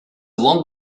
long